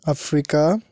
Africa